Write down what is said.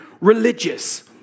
religious